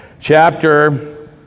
chapter